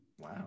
wow